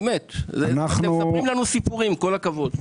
באמת, אתם מספרים לנו סיפורים, עם כל הכבוד.